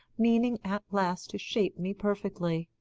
meaning at last to shape me perfectly.